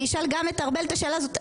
אני אשאל גם את ארבל את השאלה הזאת,